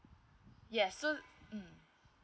yes so mm